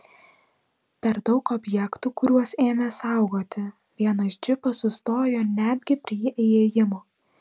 per daug objektų kuriuos ėmė saugoti vienas džipas sustojo netgi prie įėjimo